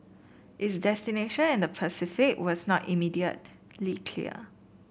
its destination in the Pacific was not immediately clear